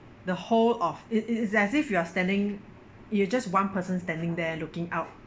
the whole of it it's as if you're standing you're just one person standing there looking out